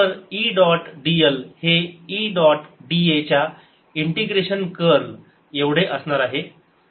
तर e dot dl हे e dot d a च्या इंटिग्रेशन कर्ल एवढे असणार आहे